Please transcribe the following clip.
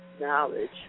knowledge